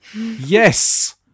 yes